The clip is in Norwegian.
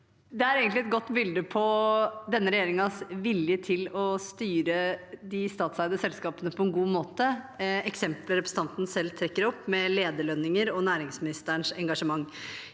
egentlig et godt bilde på denne regjeringens vilje til å styre de statseide selskapene på en god måte, det eksempelet representanten selv trekker opp om lederlønninger og næringsministerens engasjement.